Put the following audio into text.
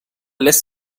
lässt